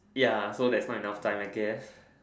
ya so there's not enough time I guess